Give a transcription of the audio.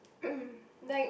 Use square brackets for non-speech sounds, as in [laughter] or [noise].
[coughs] like